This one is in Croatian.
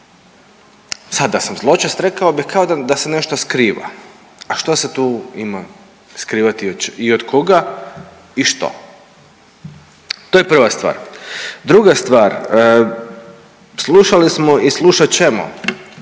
da sam zločest rekao bih kao da se nešto skriva. A što se tu ima skrivati i od koga i što? To je prva stvar. Druga stvar, slušali smo i slušat ćemo